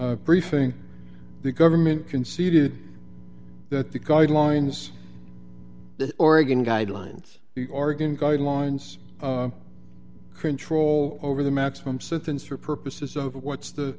e briefing the government conceded that the guidelines the oregon guidelines the oregon guidelines control over the maximum sentence for purposes of what's the